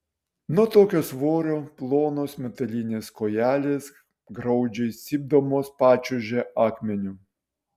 nuo tokio svorio plonos metalinės kojelės graudžiai cypdamos pačiuožė akmeniu